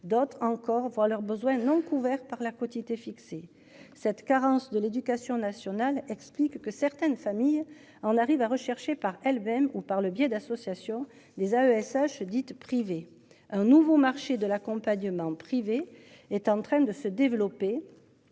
D'autres encore voir leurs besoins non couverts par la quotité fixée cette carence de l'éducation nationale explique que certaines familles en arrive à rechercher par elles-mêmes ou par le biais d'associations des AESH dites privées un nouveau marché de l'accompagnement privé est en train de se développer.--